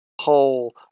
whole